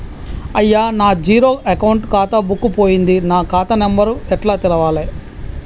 అయ్యా నా zero account ఖాతా బుక్కు పోయింది నా ఖాతా నెంబరు ఎట్ల తెలవాలే?